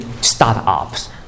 startups